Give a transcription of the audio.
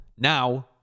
Now